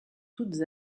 toutes